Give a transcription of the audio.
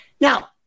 Now